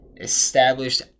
established